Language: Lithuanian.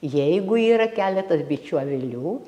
jeigu yra keletas bičių avilių